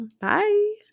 Bye